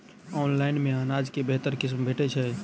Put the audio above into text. Online मे अनाज केँ बेहतर किसिम भेटय छै?